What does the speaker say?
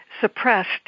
suppressed